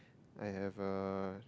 I have uh